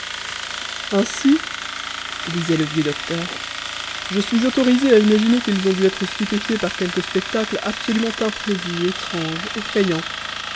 ainsi disait le vieux docteur je suis autorisé à imaginer qu'ils ont dû être stupéfiés par quelque spectacle absolument imprévu étrange effrayant